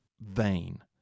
vain